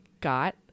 got